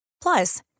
Plus